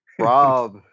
rob